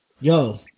yo